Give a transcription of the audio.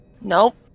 Nope